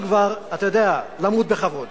אם כבר, אתה יודע, למות בכבוד.